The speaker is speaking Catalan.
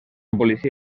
policia